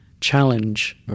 challenge